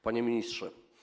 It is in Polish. Panie Ministrze!